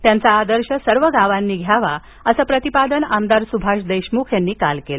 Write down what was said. त्यांचा आदर्श सर्वांनी घ्यावा असं प्रतिपादन आमदार सुभाष देशमुख यांनी काल केलं